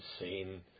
insane